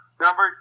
Number